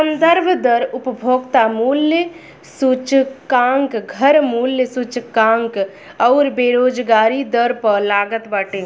संदर्भ दर उपभोक्ता मूल्य सूचकांक, घर मूल्य सूचकांक अउरी बेरोजगारी दर पअ लागत बाटे